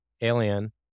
alien